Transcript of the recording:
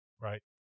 Right